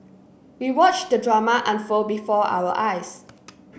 we watched the drama unfold before our eyes